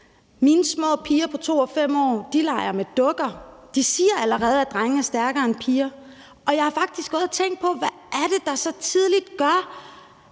Mine små piger på 2 og 5 år leger med dukker. De siger allerede, at drenge er stærkere end piger, og jeg har faktisk gået og tænkt på, hvad det er, der så tidligt gør,